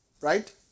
right